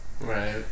right